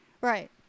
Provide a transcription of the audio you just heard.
Right